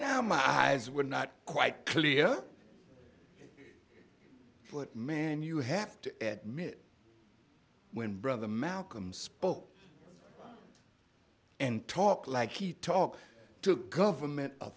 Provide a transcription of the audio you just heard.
now my eyes were not quite clear what man you have to admit when brother malcolm spoke and talked like he talked to government